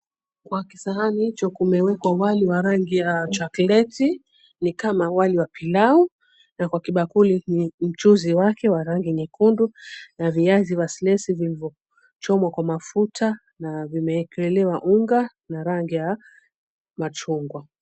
Kwa kisahani hicho kimewekwa wali wa rangi ya chokoleti, ni kama wali wa pilau. Na kwa kibakuli mchuzi wake wa rangi nyekundu, na viazi vya silesi vilichomwa kwa mafuta, na vimeekelewa unga na rangi ya machungwa.